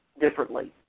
differently